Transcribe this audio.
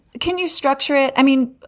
can you structure it? i mean,